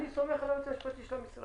אני סומך על היועץ המשפטי של המשרד.